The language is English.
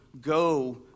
go